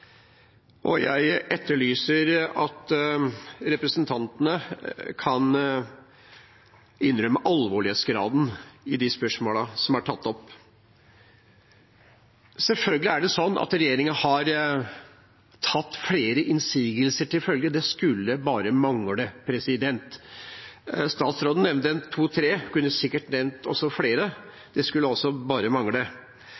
de spørsmålene som er tatt opp. Selvfølgelig er det sånn at regjeringen har tatt flere innsigelser til følge. Det skulle bare mangle. Statsråden nevnte to–tre, hun kunne sikkert også nevnt flere – det skulle bare mangle. Representanten Heggelund skrøt av veldig mange tiltak, og det skulle selvfølgelig også